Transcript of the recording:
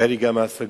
והיו לי גם השגות.